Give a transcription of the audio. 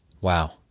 Wow